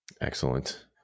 Excellent